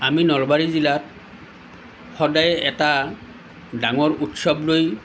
আমি নলবাৰী জিলাত সদায় এটা ডাঙৰ উৎসৱলৈ